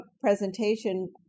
presentation